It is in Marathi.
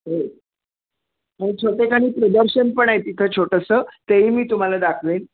हो छोटेखानी प्रदर्शन पण आहे तिथं छोटंसं तेही मी तुम्हाला दाखवेन